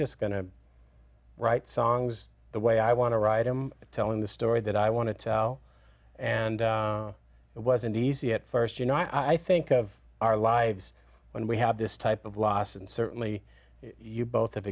just going to write songs the way i want to write i'm telling the story that i want to tell and it wasn't easy at st you know i think of our lives when we have this type of loss and certainly you both